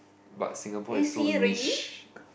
but Singapore is so niche